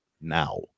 now